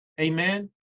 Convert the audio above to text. Amen